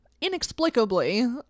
Inexplicably